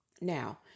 Now